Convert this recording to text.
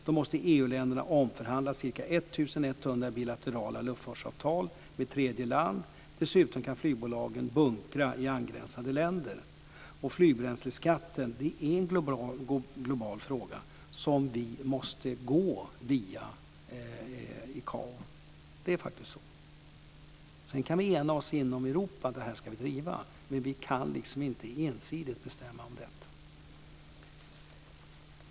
Då måste EU länderna omförhandla ca 1 100 bilaterala luftfartsavtal med tredje land. Dessutom kan flygbolagen bunkra i angränsande länder, och flygbränsleskatten är en global fråga. Vi måste gå via ICAO. Det är faktiskt så. Sedan kan vi ena oss inom Europa om att vi ska driva det här, men vi kan liksom inte ensidigt bestämma om detta.